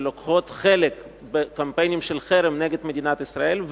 שלוקחים חלק בקמפיינים של חרם נגד מדינת ישראל,